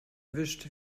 erwischt